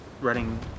running